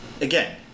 again